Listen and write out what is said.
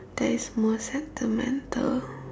that is most sentimental